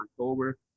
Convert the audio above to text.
October